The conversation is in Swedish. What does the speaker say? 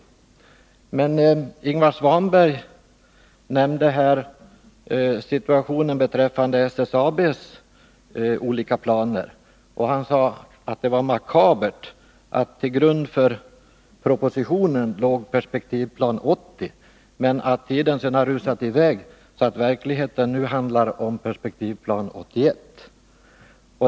Men Ingvar Svanberg nämnde situationen beträffande SSAB:s olika planer och sade att det var makabert att till grund för propositionen låg Perspektivplan 80 men att utvecklingen har rusat i väg så att det i verkligheten nu handlar om Perspektivplan 81.